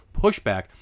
pushback